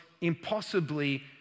impossibly